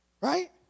Right